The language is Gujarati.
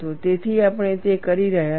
તેથી આપણે તે કરી રહ્યા હતા